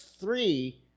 three